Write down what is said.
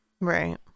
Right